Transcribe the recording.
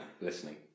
listening